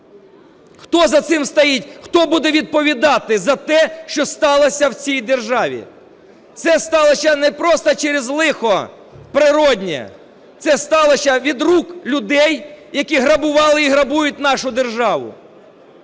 Хто за цим стоїть? Хто буде відповідати за те, що сталося в цій державі? Це сталося не просто через лихо природнє. Це сталося від рук людей, які грабували і грабують нашу державу.